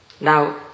Now